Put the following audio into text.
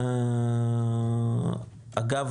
אגב,